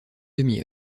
demi